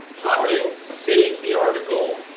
pocket saves the article.